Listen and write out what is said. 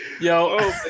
Yo